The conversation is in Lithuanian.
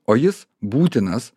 o jis būtinas